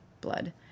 blood